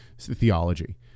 theology